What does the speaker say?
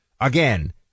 Again